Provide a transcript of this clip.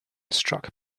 struck